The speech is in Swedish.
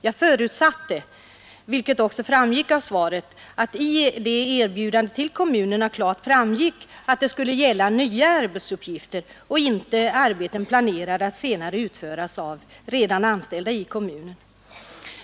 Jag förutsatte — och att det var riktigt framgår av svaret — att det i erbjudandet till kommunerna klart utsades att det skulle gälla nya arbetsuppgifter och inte arbeten planerade att senare utföras av redan anställda i kommunen.